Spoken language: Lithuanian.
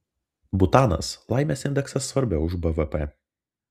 butanas laimės indeksas svarbiau už bvp